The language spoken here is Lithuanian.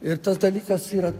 ir tas dalykas yra